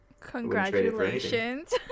congratulations